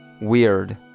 weird